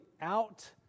out